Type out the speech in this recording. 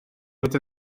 fod